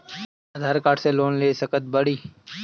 आधार card से loan ले सकत बणी?